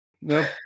Nope